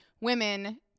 women